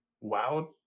WoW